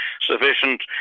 sufficient